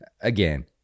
Again